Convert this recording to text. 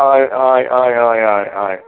हय हय हय हय हय हय